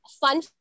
fun